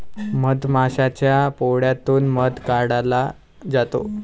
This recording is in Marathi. मधमाशाच्या पोळ्यातून मध काढला जातो